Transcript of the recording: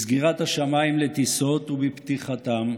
בסגירת השמיים לטיסות ובפתיחתם,